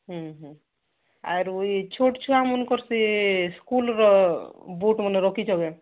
ହୁଁ ହୁଁ ଆରୁ ଇ ଛୋଟ୍ ଛୁଆମାନଙ୍କର ସେ ସ୍କୁଲ୍ର ବୁଟ୍ମାନେ ରଖିଛ କେଁ